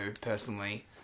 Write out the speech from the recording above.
personally